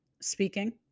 speaking